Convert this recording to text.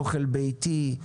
אוכל ביתי,